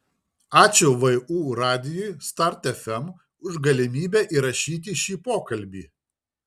ačiū vu radijui start fm už galimybę įrašyti šį pokalbį